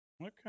Okay